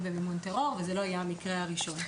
ומימון טרור וזה לא יהיה המקרה הראשון.